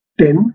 ten